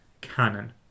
canon